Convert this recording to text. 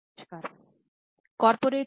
नमस्ते